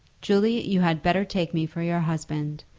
julie, you had better take me for your husband.